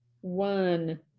one